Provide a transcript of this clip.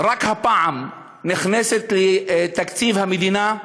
רק הפעם נכנסת לתקציב המדינה,